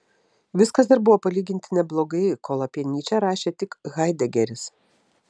viskas dar buvo palyginti neblogai kol apie nyčę rašė tik haidegeris